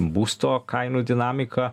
būsto kainų dinamika